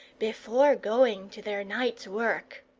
before going to their night's work.